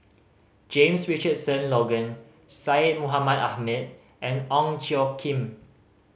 James Richardson Logan Syed Mohamed Ahmed and Ong Tjoe Kim